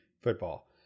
football